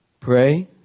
Pray